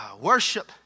Worship